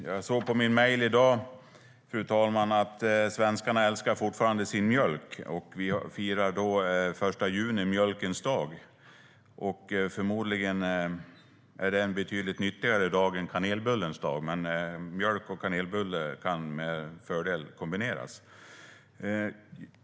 Jag såg i min mejl i dag, fru talman, att svenskarna fortfarande älskar sin mjölk. Den 1 juni firar vi mjölkens dag. Förmodligen är det en betydligt nyttigare dag är kanelbullens dag, men mjölk och kanelbulle kan med fördel kombineras.